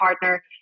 partner